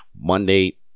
Monday